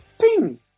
ping